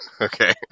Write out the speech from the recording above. okay